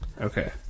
Okay